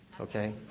okay